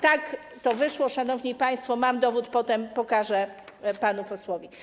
Tak to wyszło, szanowni państwo, mam dowód, potem pokażę panu posłowi.